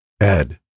Ed